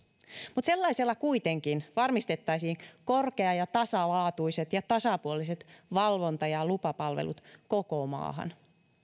mutta sellaisella kuitenkin varmistettaisiin korkea ja tasalaatuiset ja tasapuoliset valvonta ja lupapalvelut koko maahan